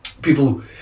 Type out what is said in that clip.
People